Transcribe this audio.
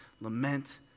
lament